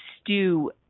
stew